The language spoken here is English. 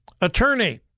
Attorney